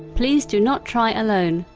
please do not try alone.